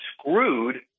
screwed